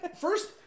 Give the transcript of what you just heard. first